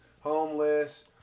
homeless